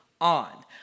on